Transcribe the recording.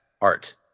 art